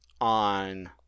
on